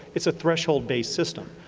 it's a threshold-based system,